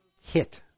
hit